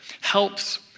helps